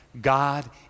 God